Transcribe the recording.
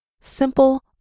simple